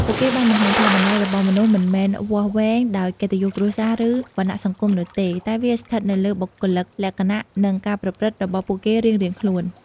ពួកគេបានបង្ហាញថា តម្លៃរបស់មនុស្សមិនមែនវាស់វែងដោយកិត្តិយសគ្រួសារ ឬវណ្ណៈសង្គមនោះទេ តែវាស្ថិតនៅលើបុគ្គលិកលក្ខណៈ និងការប្រព្រឹត្តរបស់ពួកគេរៀងៗខ្លួន។